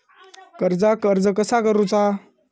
कर्जाक अर्ज कसा करुचा?